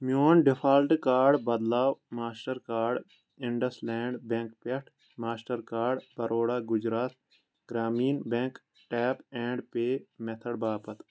میون default card بدلاو Mastercard IndusInd bank پٮ۪ٹھ Mastercard Baroda Gujarat Gramin bank tap and pay میتھٲڑ باپتھ